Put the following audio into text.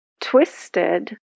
twisted